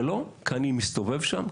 כי אני מסתובב שם,